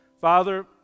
Father